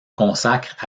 consacre